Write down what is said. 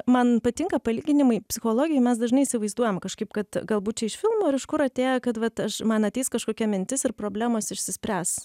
man patinka palyginimai psichologijoj mes dažnai įsivaizduojam kažkaip kad galbūt čia iš filmų ar iš kur atėję kad vat aš man ateis kažkokia mintis ir problemos išsispręs